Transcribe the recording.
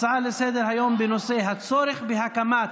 הצעה לסדר-היום בנושא: הצורך בהקמת